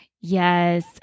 Yes